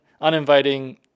uninviting